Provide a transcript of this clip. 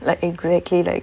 like exactly like